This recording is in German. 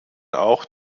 auch